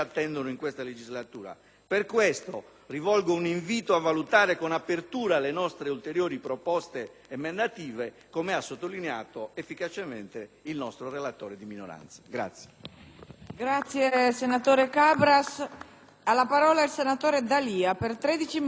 Per questa ragione rivolgo un invito a valutare con apertura le nostre ulteriori proposte emendative, come ha sottolineato efficacemente il nostro relatore di minoranza.